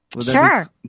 Sure